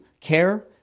Care